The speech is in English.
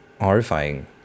horrifying